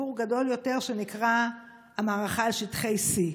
סיפור גדול יותר שנקרא המערכה על שטחי C,